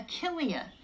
Achillea